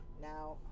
Now